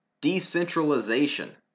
Decentralization